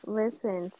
listen